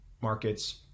markets